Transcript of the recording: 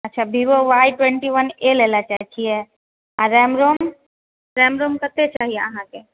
अच्छा Vivo Y twenty one A लए लऽ चाहै छियै आ रैम रोम रैम रोम कते चाही अहाँके